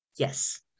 Yes